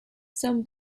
some